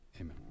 Amen